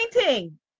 painting